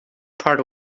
part